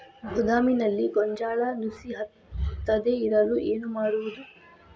ಗೋದಾಮಿನಲ್ಲಿ ಗೋಂಜಾಳ ನುಸಿ ಹತ್ತದೇ ಇರಲು ಏನು ಮಾಡುವುದು?